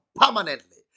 permanently